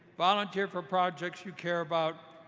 volunteer for projects you care about.